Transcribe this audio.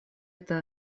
это